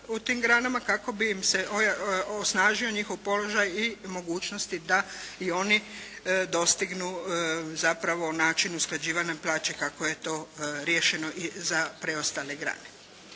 kao bi im se osnažio njihov položaj i mogućnosti da i oni dostignu zapravo način usklađivanja plaće kako je to riješeno i za preostale grane.